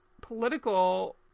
political